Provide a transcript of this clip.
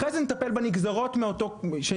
אחרי זה נטפל בנגזרות שניתנות